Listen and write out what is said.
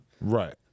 Right